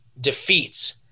defeats